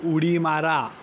उडी मारा